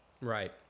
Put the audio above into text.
right